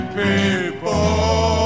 people